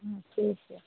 ठीक छै